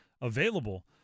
available